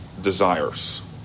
desires